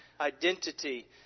identity